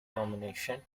nomination